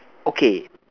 okay